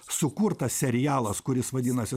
sukurtas serialas kuris vadinasi